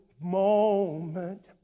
moment